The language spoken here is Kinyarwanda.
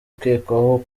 ukekwaho